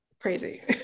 crazy